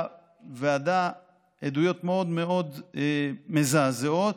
מאוד מאוד מזעזעות.